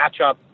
matchup